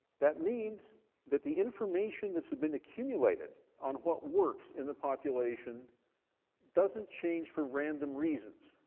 that means that the information that's been accumulated on what works in the population doesn't change for random reasons.